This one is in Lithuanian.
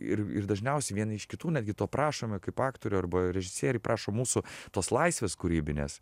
ir ir dažniausiai vieni iš kitų netgi to prašome kaip aktorių arba režisieriai prašo mūsų tos laisvės kūrybinės